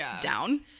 down